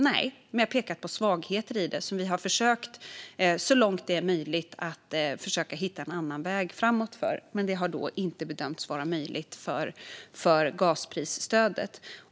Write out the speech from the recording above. Nej, men jag pekar på svagheter i det som vi så långt det är möjligt har försökt hitta en annan väg framåt för. Det har inte bedömts vara möjligt för gasprisstödet.